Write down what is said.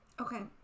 Okay